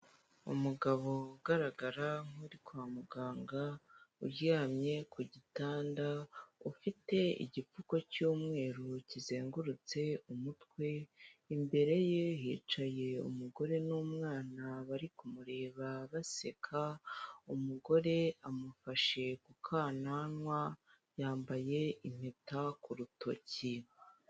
Umugabo ugaragara nkuri kwa muganga uryamye ku gitanda ufite igipfuko cy'umweru kizengurutse umutwe, imbere ye hicaye umugore n'umwana bari kumureba baseka. Umugore amufashe ku kananwa yambaye impeta ku rutoki.